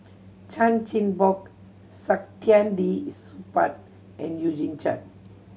Chan Chin Bock Saktiandi Supaat and Eugene Chen